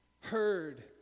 heard